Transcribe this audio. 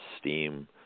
Steam